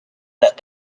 that